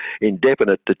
indefinite